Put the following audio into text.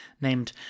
named